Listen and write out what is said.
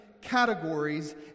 categories